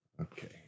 Okay